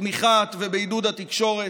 בתמיכה ובעידוד של התקשורת.